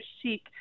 chic